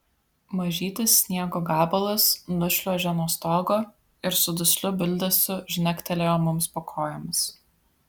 mažytis sniego gabalas nušliuožė nuo stogo ir su dusliu bildesiu žnektelėjo mums po kojomis